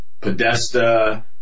Podesta